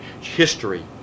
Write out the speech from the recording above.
history